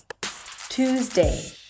Tuesday